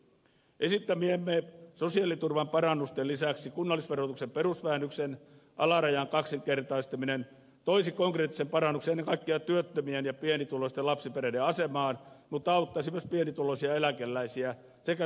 esittämiemme sosiaaliturvan parannusten lisäksi kunnallisverotuksen perusvähennyksen alarajan kaksinkertaistaminen toisi konkreettisen parannuksen ennen kaikkea työttömien ja pienituloisten lapsiperheiden asemaan mutta auttaisi myös pienituloisia eläkeläisiä sekä sairauspäivärahalla olevia